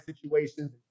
situations